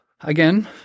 again